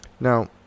Now